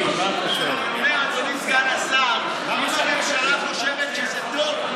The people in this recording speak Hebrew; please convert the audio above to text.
אדוני סגן השר: אם הממשלה חושבת שזה טוב,